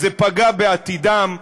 זה פגע בעתידם,